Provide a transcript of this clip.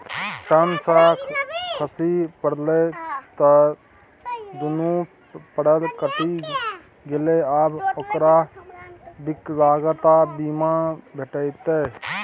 ten सँ खसि पड़लै त दुनू पयर कटि गेलै आब ओकरा विकलांगता बीमा भेटितै